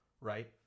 right